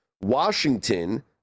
Washington